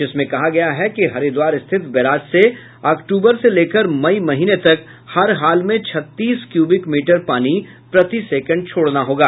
जिसमें कहा गया है कि हरिद्वार स्थित बैराज से अक्टूबर से लेकर मई महीने तक हरहाल में छत्तीस क्यूबिक मीटर पानी प्रति सेकेंड छोड़ना होगा